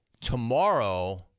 tomorrow